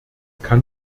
kann